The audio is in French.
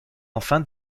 enfin